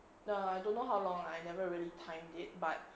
no I don't know how long I never really timed it but